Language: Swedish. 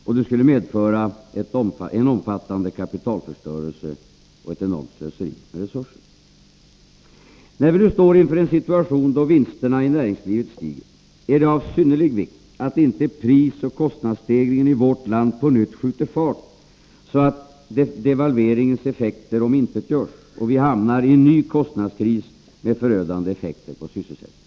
Och det skulle medföra en omfattande kapitalförstörelse och ett enormt slöseri med resurser. Nr 9 När vi nu står inför en situation då vinsterna i näringslivet stiger, är det av Onsdagen den synnerlig vikt att inte prisoch kostnadsstegringen i vårt land på nytt skjuter — 19 oktober 1983 fart, så att devalveringens effekter omintetgörs och vi hamnar i en ny kostnadskris med förödande effekter på sysselsättningen.